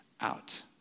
out